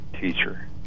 teacher